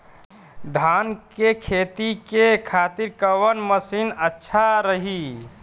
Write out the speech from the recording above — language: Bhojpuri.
धान के खेती के खातिर कवन मशीन अच्छा रही?